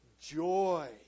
Joy